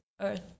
earth